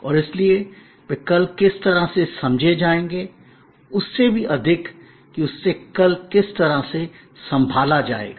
और इसलिए वे कल किस तरह से समझे जायेंगे उससे भी अधिक कि उसे कल किस तरह से संभाला जायेगा